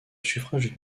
suffrage